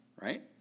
right